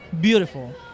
beautiful